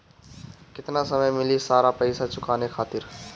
केतना समय मिली सारा पेईसा चुकाने खातिर?